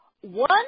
One